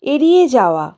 এড়িয়ে যাওয়া